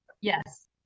yes